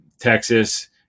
Texas